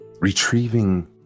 retrieving